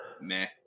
Meh